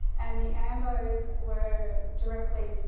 and the ambos were directly, so